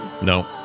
No